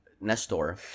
Nestor